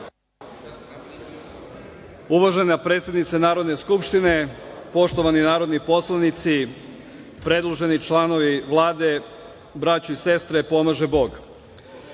Uvažena predsednice Narodne skupštine, poštovani narodni poslanici, predloženi članovi Vlade, braćo i sestre, pomaže